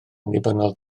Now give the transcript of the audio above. annibynnol